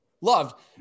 loved